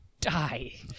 die